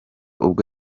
ubwo